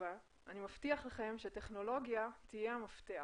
מבטיח לכם שטכנולוגיה תהיה המפתח.